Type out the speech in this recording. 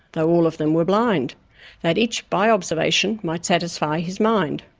though all of them were blind that each by observation might satisfy his mind.